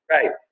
Right